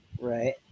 Right